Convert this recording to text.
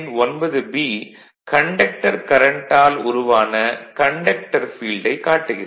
9பி conductor கரண்ட்டால் உருவான conductor ஃபீல்டைக் காட்டுகிறது